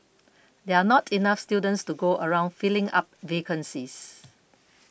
there are not enough students to go around filling up vacancies